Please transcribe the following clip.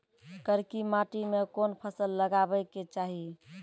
करकी माटी मे कोन फ़सल लगाबै के चाही?